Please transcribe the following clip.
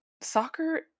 soccer